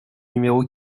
numéro